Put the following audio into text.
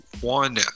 One